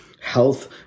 Health